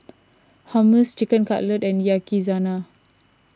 Hummus Chicken Cutlet and